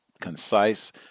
concise